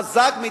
חזק,